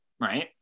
right